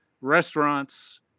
restaurants